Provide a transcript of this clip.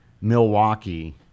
Milwaukee